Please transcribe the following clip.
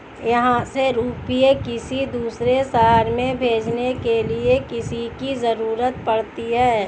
यहाँ से रुपये किसी दूसरे शहर में भेजने के लिए किसकी जरूरत पड़ती है?